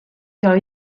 car